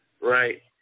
right